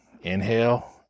Inhale